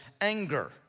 anger